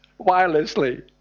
Wirelessly